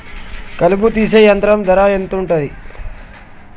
కలుపు తీసే యంత్రం ధర ఎంతుటది?